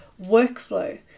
Workflow